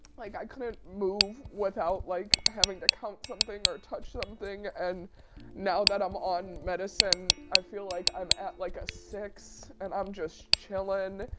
like i couldn't move without like having to count something or touch something. and now that i'm on medicine, i feel like i'm at like a six and i'm just chilling.